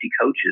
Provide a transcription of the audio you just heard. coaches